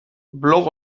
blog